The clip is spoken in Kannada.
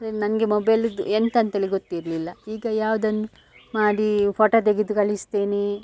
ಆದರೆ ನನಗೆ ಮೊಬೈಲಿಂದು ಎಂತ ಅಂತ್ಹೇಳಿ ಗೊತ್ತಿರಲಿಲ್ಲ ಈಗ ಯಾವುದನ್ನು ಮಾಡಿ ಫೊಟ ತೆಗೆದು ಕಳಿಸ್ತೇನೆ